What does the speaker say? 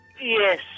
yes